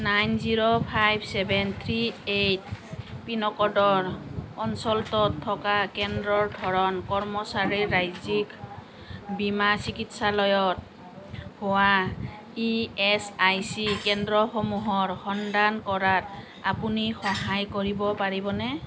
nine zero five seven three eight পিনক'ডৰ অঞ্চলটোত থকা কেন্দ্ৰৰ ধৰণ কৰ্মচাৰীৰ ৰাজ্যিক বীমা চিকিৎসালয়ত হোৱা ই এচ আই চি কেন্দ্ৰসমূহৰ সন্ধান কৰাত আপুনি সহায় কৰিব পাৰিবনে